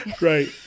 Right